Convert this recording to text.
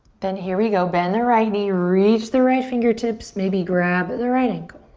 then here we go, bend the right knee, reach the right fingertips, maybe grab the right ankle.